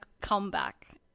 comeback